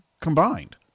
combined